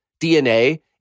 DNA